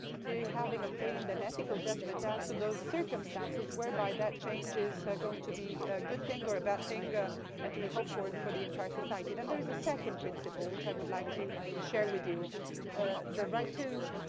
to having obtained an ethical judgment as to those circumstances whereby that change is going to be a good thing or a bad thing ah and to be hoped for for the entire society. then there is a second principle which i would like to share with you the right to